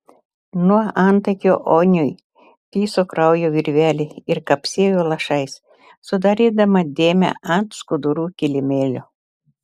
nuo antakio oniui tįso kraujo virvelė ir kapsėjo lašais sudarydama dėmę ant skudurų kilimėlio